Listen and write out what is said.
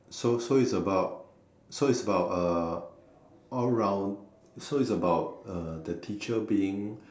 so so is about so is about uh all round so is about uh the teacher being